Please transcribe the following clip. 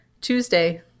tuesday